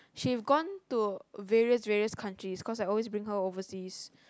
she've gone to various various countries because I always bring her overseas